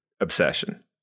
obsession